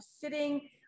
sitting